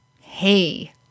hey